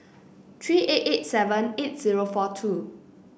three eight eight seven eight zero four two